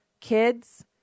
kids